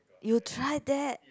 you tried that